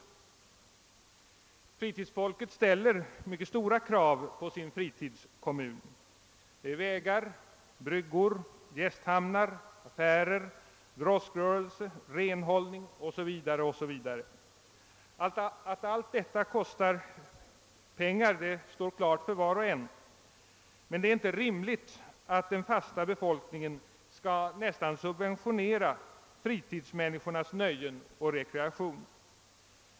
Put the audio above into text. Fritidsfolket ställer stora krav på sin fritidskommun då det gäller vägar, bryggor, gästhamnar, affärer, droskrörelse, renhållning o.s.v. Att allt detta kostar pengar står klart för var och en. Men det är inte rimligt att den fasta befolkningen skall subventionera fritidsmänniskornas nöjen och rekreation.